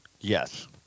Yes